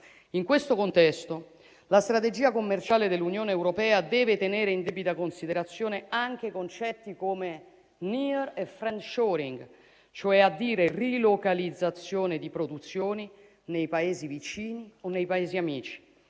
In questo contesto, la strategia commerciale dell'Unione europea deve tenere in debita considerazione anche concetti come *nearshoring* e *friendshoring*, vale a dire la rilocalizzazione di produzioni nei Paesi vicini o nei Paesi amici.